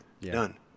done